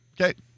Okay